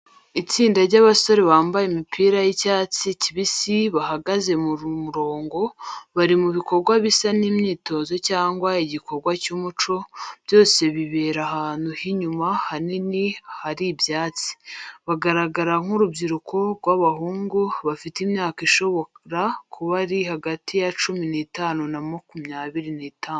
Itsinda ry'abasore bambaye imipira y'icyatsi kibisi bahagaze mu murongo, bari mu bikorwa bisa n’imyitozo cyangwa igikorwa cy’umuco, byose bibera ahantu h’inyuma hanini ahari ibyatsi. Bagaragara nk’urubyiruko rw'abahungu, bafite imyaka ishobora kuba iri hagati ya cumi n'itanu na makumyabiri n'itanu.